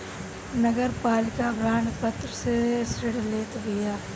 नगरपालिका बांड पत्र से ऋण लेत बिया